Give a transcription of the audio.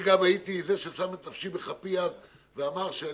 אני גם הייתי זה ששם את נפשי בכפי אז ואמר שאני,